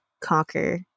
conquer